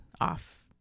off